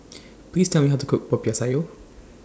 Please Tell Me How to Cook Popiah Sayur